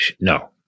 No